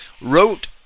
wrote